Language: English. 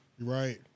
Right